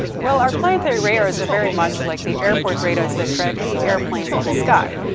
well our planetary radars are very much like the airport radars that track airplanes in the sky.